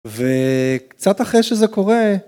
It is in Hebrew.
וקצת אחרי שזה קורה...